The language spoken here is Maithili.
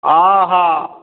आहा